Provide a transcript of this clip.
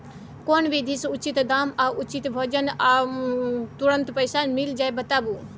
केना विधी से उचित दाम आ उचित वजन आ तुरंत पैसा मिल जाय बताबू?